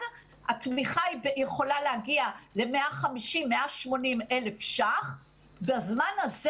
התמיכה יכולה להגיע ל-180,000-150,000 שקלים ובזמן הזה